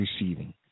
receiving